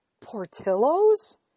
portillo's